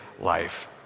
life